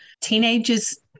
teenagers